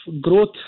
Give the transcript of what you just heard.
growth